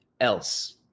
else